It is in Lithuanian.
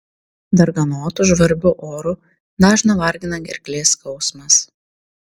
darganotu žvarbiu oru dažną vargina gerklės skausmas